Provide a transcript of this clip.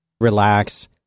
relax